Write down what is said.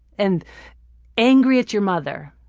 and angry at your mother.